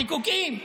זיקוקים.